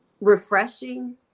refreshing